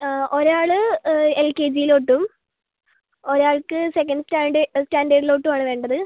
ഒരാൾ എൽകെജിയിലോട്ടും ഒരാൾക്ക് സെക്കൻഡ് സ്റ്റാൻഡേർഡിലോട്ടും ആണ് വേണ്ടത്